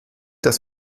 das